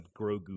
grogu